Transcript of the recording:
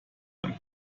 ein